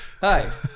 Hi